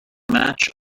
match